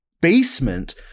basement